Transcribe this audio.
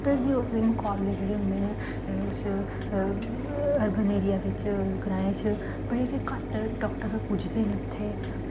न हून कॉलेज़ जेह्ड़े होंदे न अर्बन एरिया बिच ग्राएं च बड़े घट्ट डॉक्टर पुजदे न उत्थै